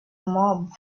mob